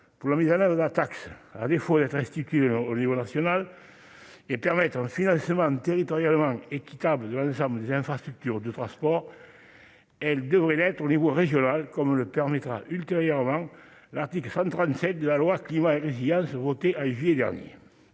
pour la mise en oeuvre de cette taxe qui, à défaut d'être instituée au niveau national afin de permettre un financement territorialement équitable de l'ensemble des infrastructures de transport, devrait être instaurée au niveau régional, comme le permettra ultérieurement l'article 137 de la loi Climat et résilience votée en juillet dernier.